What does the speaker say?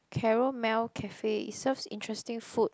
Carol Mel cafe it serves interesting food